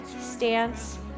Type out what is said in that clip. stance